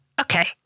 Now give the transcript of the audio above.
okay